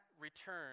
return